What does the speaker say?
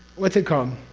what's it called?